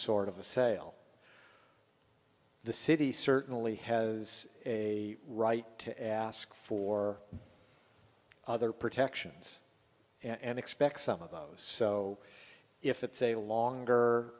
sort of a sale the city certainly has a right to ask for other protections and expect some of those so if it's a longer